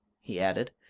he added,